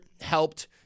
helped